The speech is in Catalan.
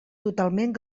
totalment